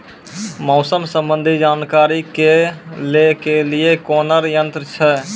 मौसम संबंधी जानकारी ले के लिए कोनोर यन्त्र छ?